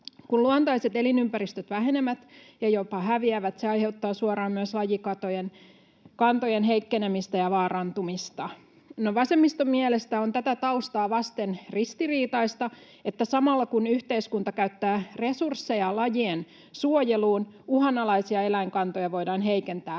Kun luontaiset elinympäristöt vähenevät ja jopa häviävät, se aiheuttaa suoraan myös lajikantojen heikkenemistä ja vaarantumista. No, vasemmiston mielestä on tätä taustaa vasten ristiriitaista, että samalla, kun yhteiskunta käyttää resursseja lajien suojeluun, uhanalaisia eläinkantoja voidaan heikentää